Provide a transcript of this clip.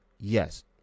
Yes